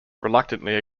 reluctantly